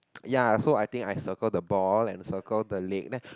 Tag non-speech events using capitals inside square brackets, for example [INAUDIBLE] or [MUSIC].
ya so I think I circle the ball and circle the leg then [BREATH]